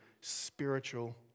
spiritual